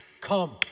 Come